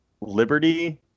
liberty